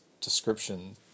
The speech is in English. description